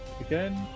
again